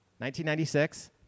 1996